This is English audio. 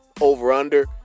over/under